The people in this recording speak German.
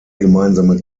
gemeinsame